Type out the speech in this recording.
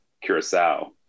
Curacao